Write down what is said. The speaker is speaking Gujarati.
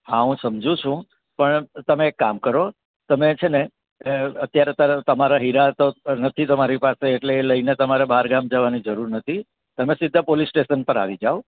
હા હુ સમજુ છું પણ તમે એક કામ કરો તમે છેને અત્યારે તમે તમારા હીરા તો નથી તમારી પાસે એટલે લઈને તમારે બહારગામ જવાની જરૂર નથી તમે સીધાં પોલીસ સ્ટેશન પર આવી જાવ